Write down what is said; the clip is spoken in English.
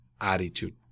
attitude